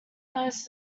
nose